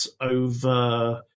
over